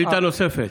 שאילתה נוספת.